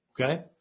okay